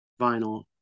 vinyl